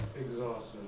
exhausted